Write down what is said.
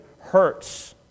hurts